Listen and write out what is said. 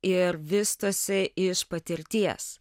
ir vystosi iš patirties